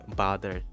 bother